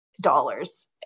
dollars